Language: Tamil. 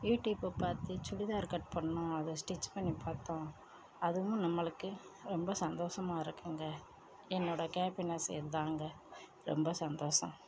யூடியூப்பை பார்த்து சுடிதார் கட் பண்ணிணோம் அதை ஸ்டிச் பண்ணி பார்த்தோம் அதுவும் நம்மளுக்கு ரொம்ப சந்தோஷமாக இருக்குங்க என்னோடய கேப்பினஸ் இதுதாங்க ரொம்ப சந்தோஷம்